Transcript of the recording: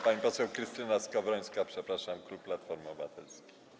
Pani poseł Krystyna Skowrońska - przepraszam - klub Platforma Obywatelska.